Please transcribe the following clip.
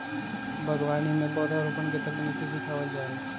बागवानी में पौधरोपण के तकनीक सिखावल जा हई